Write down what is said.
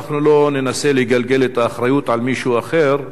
אנחנו לא ננסה לגלגל את האחריות על מישהו אחר,